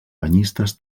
banyistes